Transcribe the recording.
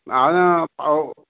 हां नां अहो